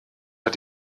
hat